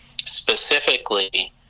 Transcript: specifically